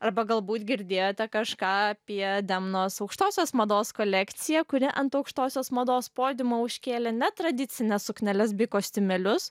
arba galbūt girdėjote kažką apie demnos aukštosios mados kolekciją kuri ant aukštosios mados podiumo užkėlė netradicines sukneles bei kostiumėlius